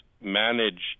managed